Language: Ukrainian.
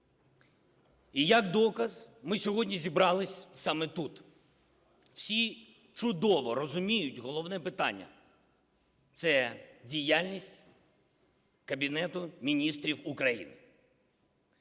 І як доказ, ми сьогодні зібралися саме тут. Всі чудово розуміють головне питання – це діяльність Кабінету Міністрів України.